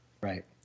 right